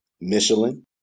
Michelin